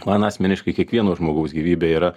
man asmeniškai kiekvieno žmogaus gyvybė yra